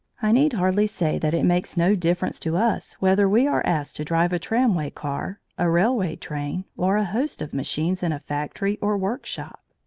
i need hardly say that it makes no difference to us whether we are asked to drive a tramway car, a railway train, or a host of machines in a factory or workshop.